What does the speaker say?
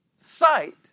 sight